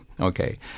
Okay